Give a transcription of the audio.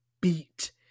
beat